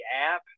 app